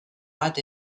bat